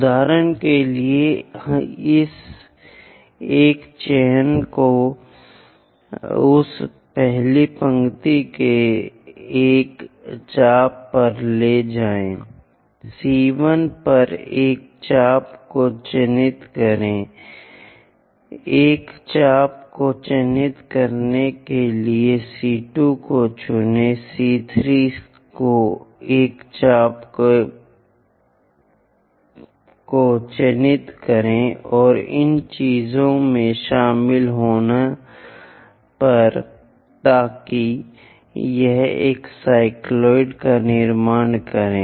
उदाहरण के लिए इस एक चिह्न को उस पहली पंक्ति के एक चाप पर ले जाएं C1 पर एक चाप को चिह्नित करें एक चाप को चिह्नित करने के लिए C2 को चुनें C3 को एक चाप को चिह्नित करें और इन चीजों में शामिल होने पर ताकि यह एक साइक्लॉयड का निर्माण करे